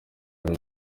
hari